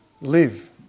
live